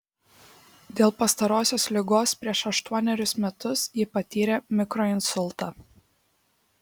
dėl pastarosios ligos prieš aštuonerius metus ji patyrė mikroinsultą